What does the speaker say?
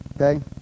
Okay